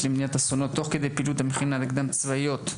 למניעת אסונות תוך כדי פעילות מכינות קדם צבאיות.